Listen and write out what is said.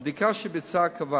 לפי הבדיקה שביצע, קבע